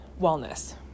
wellness